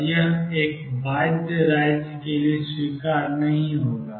और यह एक बाध्य राज्य के लिए स्वीकार्य नहीं होगा